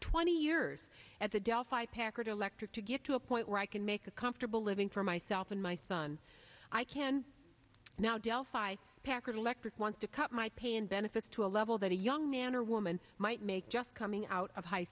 twenty years at the delphi packard electric to get to a point where i can make a comfortable living for myself and my son i can now delphi packard electric want to cut my pay and benefits to a level that a young man or woman might make just coming out of high